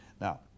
Now